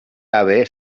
ave